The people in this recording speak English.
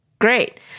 great